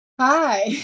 Hi